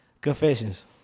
Confessions